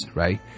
right